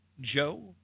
Joe